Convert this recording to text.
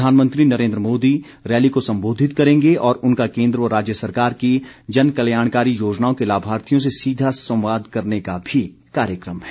प्रधानमंत्री नरेन्द्र मोदी रैली को सम्बोधित करेंगे और उनका केन्द्र व राज्य सरकार की जनकल्याणकारी योजनाओं के लाभार्थियों से सीधा संवाद करने का भी कार्यक्रम है